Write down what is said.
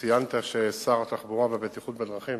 וציינת ששר התחבורה והבטיחות בדרכים,